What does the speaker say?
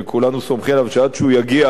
וכולנו סומכים עליו שעד שהוא יגיע